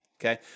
okay